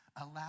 allow